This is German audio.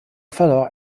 verlor